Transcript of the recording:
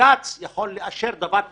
בג"ץ יכול לאשר דבר כזה,